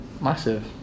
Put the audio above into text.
Massive